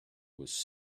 was